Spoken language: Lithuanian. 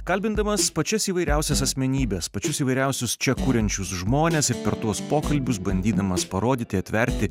kalbindamas pačias įvairiausias asmenybes pačius įvairiausius čia kuriančius žmones ir per tuos pokalbius bandydamas parodyti atverti